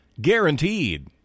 Guaranteed